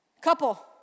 Couple